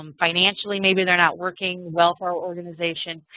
um financially maybe they're not working well for our organization.